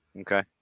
Okay